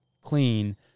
clean